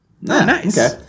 Nice